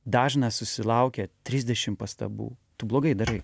dažnas susilaukia trisdešim pastabų tu blogai darai